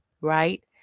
right